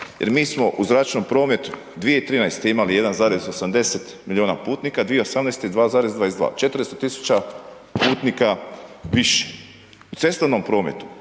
jer mi smo u zračnom prometu 2013. imali 1,80 milijuna putnika, 2018. 2,22, 400 000 putnika više, u cestovnom prometu